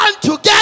together